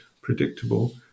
predictable